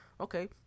okay